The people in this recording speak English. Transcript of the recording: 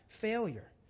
failure